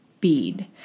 bead